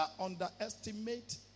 underestimate